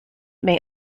may